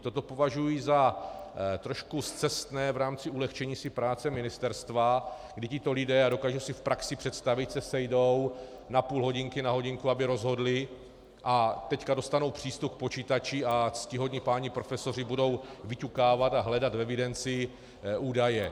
Toto považuji za trochu scestné v rámci ulehčení si práce ministerstva, kdy tito lidé, a dokážu si v praxi představit, se sejdou na půl hodinky, na hodinku, aby rozhodli, a teď dostanou přístup k počítači a ctihodní páni profesoři budou vyťukávat a hledat v evidenci údaje.